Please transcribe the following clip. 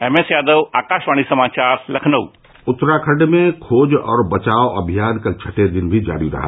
M S Yadav Akashvani समाचार लखनऊ उत्तराखंड में खोज और बचाव अभियान कल छठे दिन भी जारी रहा